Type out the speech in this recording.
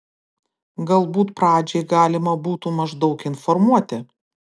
galbūt pradžiai galima būtų maždaug informuoti